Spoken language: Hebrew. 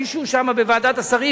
מישהו שם בוועדת השרים,